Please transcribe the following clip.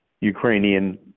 Ukrainian